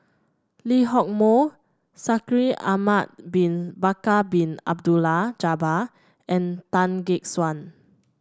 Lee Hock Moh Shaikh Ahmad Bin Bakar Bin Abdullah Jabbar and Tan Gek Suan